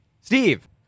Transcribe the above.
Steve